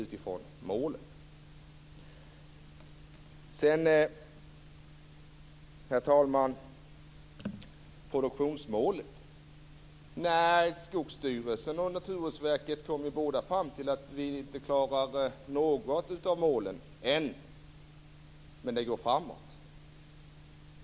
Sedan kom både Skogsstyrelsen och Naturvårdsverket fram till att vi ännu inte har klarat något av målen, men att det går framåt.